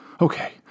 Okay